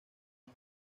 los